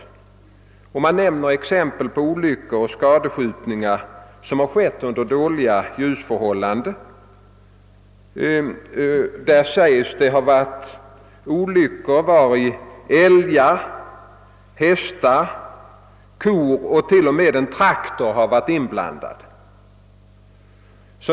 Man nämner exempel på olyckor och skadskjutningar som skett under dåliga ljusförhållanden. Det säges, att det förekommit olyckor vari älgar, hästar, kor och till och med en traktor varit inblandade.